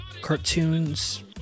cartoons